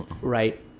right